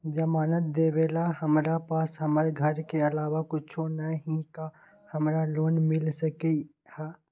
जमानत देवेला हमरा पास हमर घर के अलावा कुछो न ही का हमरा लोन मिल सकई ह?